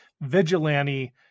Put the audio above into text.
vigilante